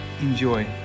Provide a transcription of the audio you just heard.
Enjoy